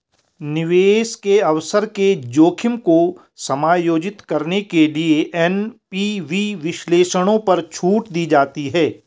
निवेश के अवसर के जोखिम को समायोजित करने के लिए एन.पी.वी विश्लेषणों पर छूट दी जाती है